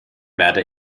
werde